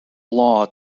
law